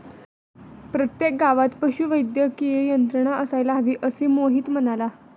प्रत्येक गावात पशुवैद्यकीय यंत्रणा असायला हवी, असे मोहित म्हणाला